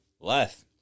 Left